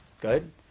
good